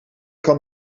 kan